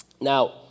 Now